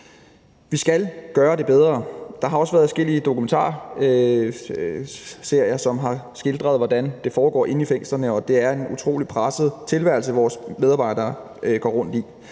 Vi skal gøre det bedre, og der har også været adskillige dokumentarserier, som har skildret, hvordan det foregår inde i fængslerne, og det er en utrolig presset tilværelse, vores medarbejdere går rundt i.